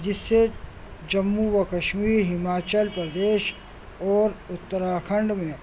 جس سے جموں و کشمیر ہماچل پردیش اور اتراکھنڈ میں